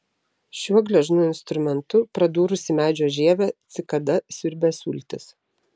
šiuo gležnu instrumentu pradūrusi medžio žievę cikada siurbia sultis